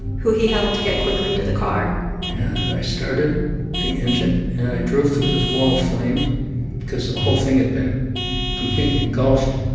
who he helped to get quickly to the car and i started the engine, and i drove through this wall of flames because thing had been completely engulfed.